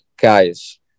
guys